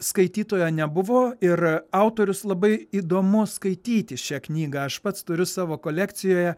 skaitytojo nebuvo ir autorius labai įdomu skaityti šią knygą aš pats turiu savo kolekcijoje